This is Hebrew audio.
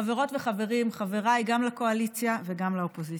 חברות וחברים, חבריי גם לקואליציה וגם לאופוזיציה,